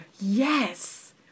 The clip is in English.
Yes